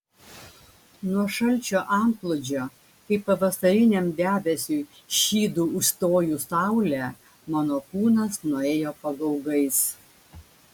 nuo šalčio antplūdžio kaip pavasariniam debesiui šydu užstojus saulę mano kūnas nuėjo pagaugais